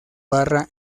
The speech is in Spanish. barra